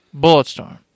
Bulletstorm